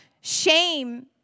shame